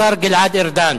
השר גלעד ארדן